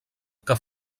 que